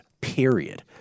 period